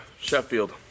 Sheffield